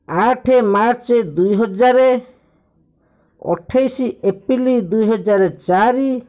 ଆଠ ମାର୍ଚ୍ଚ ଦୁଇ ହଜାର ଅଠେଇଶ ଏପ୍ରିଲ୍ ଦୁଇ ହଜାର ଚାରି